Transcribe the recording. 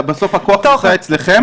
בסוף הכוח נמצא אצלכם.